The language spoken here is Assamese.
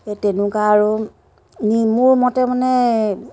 সেই তেনেকুৱা আৰু নি মোৰ মতে মানে